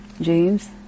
James